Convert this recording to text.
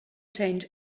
change